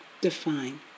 define